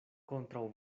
kontraŭ